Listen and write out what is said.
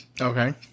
okay